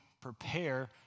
prepare